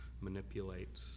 manipulate